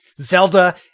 Zelda